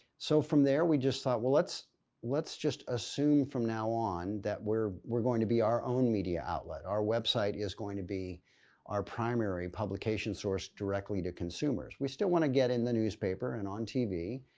so from there, we just thought, well, let's let's just assume from now on that we're we're going to be our own media outlet. our website is going to be our primary publication source directly to consumers. we still want to get in the newspaper and on tv,